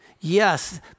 Yes